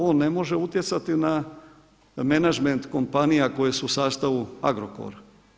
On ne može utjecati na menadžment kompanija koje su u sastavu Agrokora.